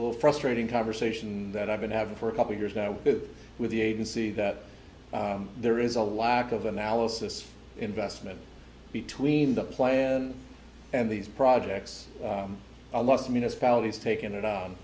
little frustrating conversation that i've been having for a couple of years now with the agency that there is a lack of analysis investment between the plan and these projects a last minute fall he's taken it